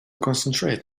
concentrate